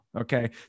Okay